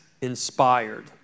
inspired